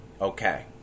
okay